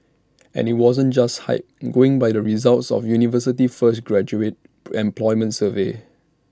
and IT wasn't just hype going by the results of the university's first graduate employment survey